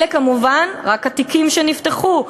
אלה כמובן רק התיקים שנפתחו,